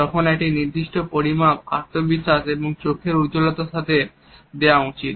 তখন এটি একটি নির্দিষ্ট পরিমাণ আত্মবিশ্বাস এবং চোখের ঔজ্জ্বল্যের সাথে দেওয়া উচিত